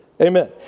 Amen